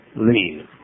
leave